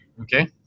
Okay